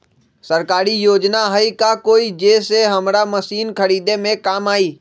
सरकारी योजना हई का कोइ जे से हमरा मशीन खरीदे में काम आई?